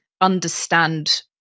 understand